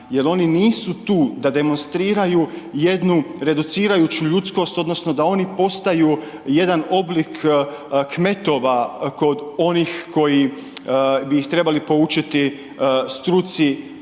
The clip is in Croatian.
jer oni nisu tu da demonstriraju jednu reducirajuću ljudskost odnosno da oni postaju jedan oblik kmetova kod onih koji bi ih trebali poučiti struci,